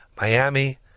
Miami